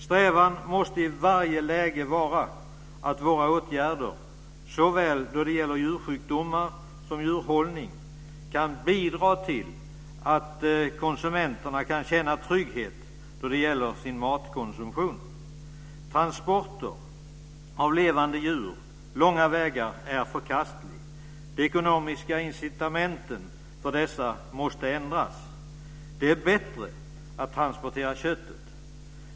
Strävan måste i varje läge vara att våra åtgärder då det gäller såväl djursjukdomar som djurhållning bidrar till att konsumenterna kan känna trygghet i sin matkonsumtion. Transporter av levande djur långa vägar är förkastliga. De ekonomiska incitamenten för dessa måste ändras. Det är bättre att transportera köttet.